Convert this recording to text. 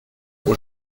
aux